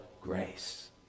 grace